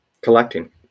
collecting